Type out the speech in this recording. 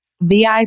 VIP